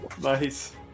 Nice